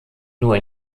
nur